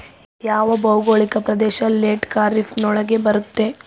ಯಾವ ಭೌಗೋಳಿಕ ಪ್ರದೇಶ ಲೇಟ್ ಖಾರೇಫ್ ನೊಳಗ ಬರುತ್ತೆ?